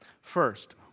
First